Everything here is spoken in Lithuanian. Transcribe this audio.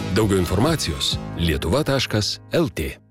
daug informacijos lietuva taškas lt